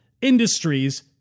industries